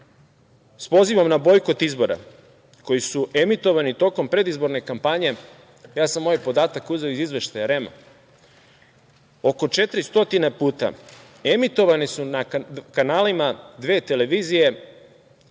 sa pozivom na bojkot izbora koji su emitovani tokom predizborne kampanje, ja sam ovaj podatak uzeo iz izveštaja REM-a, oko 400 puta emitovani su na kanalima dve televizije